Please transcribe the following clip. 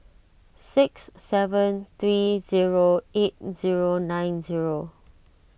six seven three zero eight zero nine zero